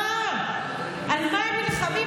על מה הם נלחמים?